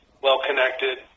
well-connected